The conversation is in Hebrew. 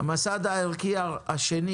המסד הערכי השני